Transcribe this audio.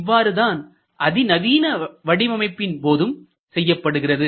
இவ்வாறு தான் அதிநவீன வடிவமைப்பின் போதும் செய்யப்படுகிறது